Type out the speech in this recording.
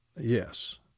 yes